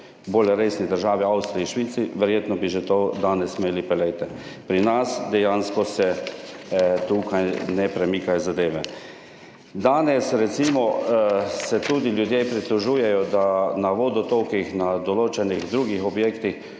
bolj resni državi Avstriji in Švici, verjetno bi že to danes imeli. Poglejte, pri nas dejansko se tukaj ne premikajo zadeve. Danes recimo se tudi ljudje pritožujejo, da na vodotokih, na določenih drugih objektih